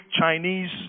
Chinese